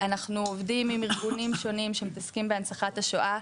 אנחנו עובדים עם ארגונים שונים שמתעסקים בהנצחת השואה,